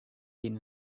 been